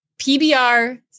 PBR